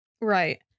right